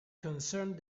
concerned